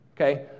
Okay